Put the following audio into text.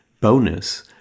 bonus